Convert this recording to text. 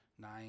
nine